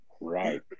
Right